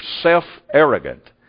self-arrogant